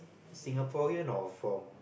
Singaporean or from